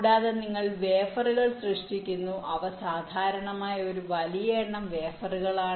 കൂടാതെ നിങ്ങൾ വേഫറുകൾ സൃഷ്ടിക്കുന്നു അവ സാധാരണമായ ഒരു വലിയ എണ്ണം വേഫറുകളാണ്